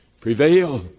prevail